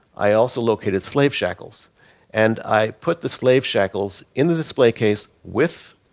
i also located slave shackles and i put the slave shackles in the display case with